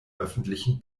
öffentlichen